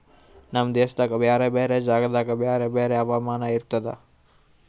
ನಮ್ ದೇಶದಾಗ್ ಬ್ಯಾರೆ ಬ್ಯಾರೆ ಜಾಗದಾಗ್ ಬ್ಯಾರೆ ಬ್ಯಾರೆ ಹವಾಮಾನ ಇರ್ತುದ